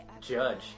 Judge